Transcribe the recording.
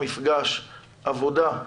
ועדת המשנה של ועדת העבודה והרווחה,